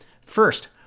First